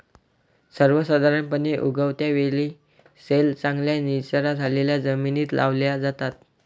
सर्वसाधारणपणे, उगवत्या वेली सैल, चांगल्या निचरा झालेल्या जमिनीत लावल्या जातात